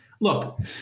look